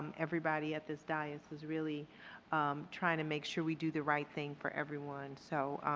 everybody at this dais is really trying to make sure we do the right thing for everyone. so,